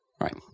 right